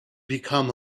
become